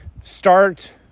start